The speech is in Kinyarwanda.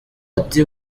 ati